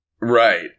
Right